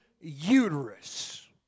uterus